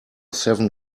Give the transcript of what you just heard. seven